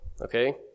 okay